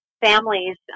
families